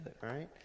right